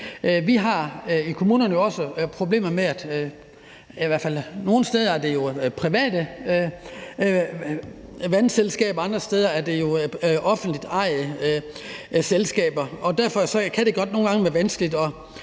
I nogle kommuner er der tale om private vandselskaber, andre steder offentligt ejede selskaber, og derfor kan det godt nogle gange være vanskeligt at